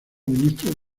ministro